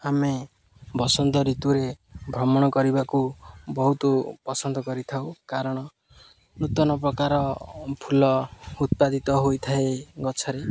ଆମେ ବସନ୍ତ ଋତୁରେ ଭ୍ରମଣ କରିବାକୁ ବହୁତ ପସନ୍ଦ କରିଥାଉ କାରଣ ନୂତନ ପ୍ରକାର ଫୁଲ ଉତ୍ପାଦିତ ହୋଇଥାଏ ଗଛରେ